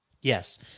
Yes